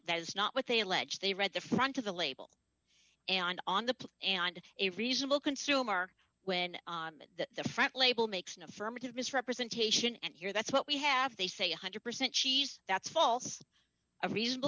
that is not what they allege they read the front of the label and on the plea and a reasonable consumer when on the front label makes an affirmative misrepresentation and here that's what we have they say one hundred percent she's that's false a reasonable